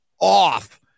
off